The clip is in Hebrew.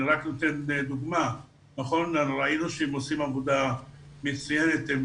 אני רק נותן דוגמא: ראינו שהם עושים עבודה מצוינת עם